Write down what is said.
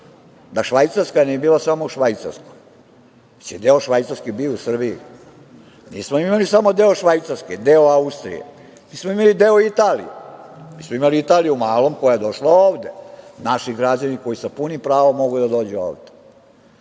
da Švajcarska nije bila samo u Švajcarskoj, već je deo Švajcarske bio i u Srbiji. Nismo mi imali samo deo Švajcarske, deo Austrije, mi smo imali i deo Italije. Mi smo imali Italiju u malom koja je došla ovde, naši građani koji sa punim pravom mogu da dođu ovde.